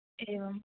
एवं